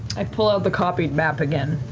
i pull out the copied map again.